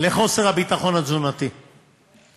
לחוסר הביטחון התזונתי במשפחות רבות בישראל,